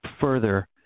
further